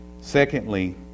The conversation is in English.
Secondly